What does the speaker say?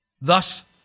Thus